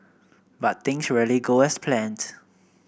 but things rarely go as planned